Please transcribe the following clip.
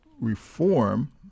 Reform